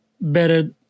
Better